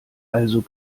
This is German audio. also